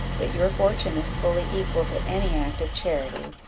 that your fortune is fully equal to any act of charity,